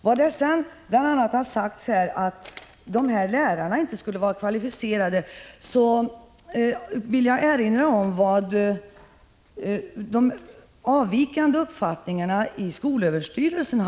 När man säger att dessa lärare inte är kvalificerade vill jag erinra om de avvikande uppfattningarna i skolöverstyrelsen.